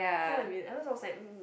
get what I mean at first I was like mm